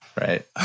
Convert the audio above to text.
right